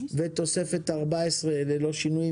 ותוספת 14 ללא שינויים,